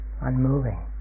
unmoving